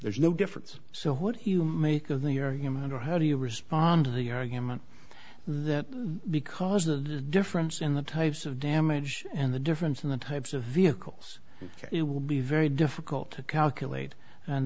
there's no difference so what you make of the are human or how do you respond to the argument that because of the difference in the types of damage and the difference in the types of vehicles it will be very difficult to calculate and